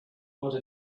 god